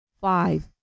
five